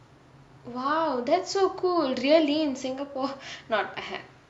!wow! that's so cool really in singapore